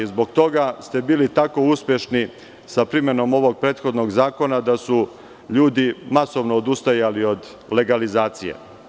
Zbog toga ste bili tako uspešni sa primenom ovog prethodnog zakona, da su ljudi masovno odustajali od legalizacije.